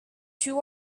two